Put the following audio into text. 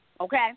okay